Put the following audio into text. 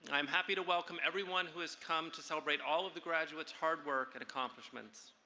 i am happy to welcome everyone who has come to celebrate all of the graduates' hard work and accomplishments.